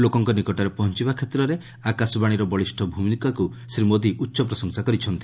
ଲୋକଙ୍କ ନିକଟରେ ପହଞ୍ଚବା କ୍ଷେତ୍ରରେ ଆକାଶବାଣୀର ବଳିଷ୍ଣ ଭୂମିକାକୁ ଶ୍ରୀ ମୋଦି ଉଚ୍ଚ ପ୍ରଶଂସା କରିଛନ୍ତି